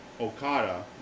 Okada